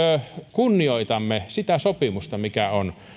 kunnioitamme sitä sopimusta mikä